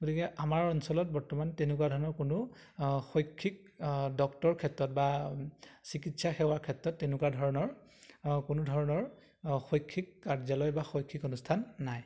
গতিকে আমাৰ অঞ্চলত বৰ্তমান তেনেকুৱা ধৰণৰ কোনো শৈক্ষিক ডক্তৰৰ ক্ষেত্ৰত বা চিকিৎসা সেৱাৰ ক্ষেত্ৰত তেনেকুৱা ধৰণৰ কোনো ধৰণৰ শৈক্ষিক কাৰ্যালয় বা শৈক্ষিক অনুষ্ঠান নাই